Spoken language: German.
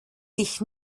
sich